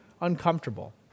uncomfortable